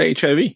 HIV